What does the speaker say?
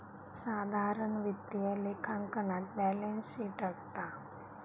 साधारण वित्तीय लेखांकनात बॅलेंस शीट असता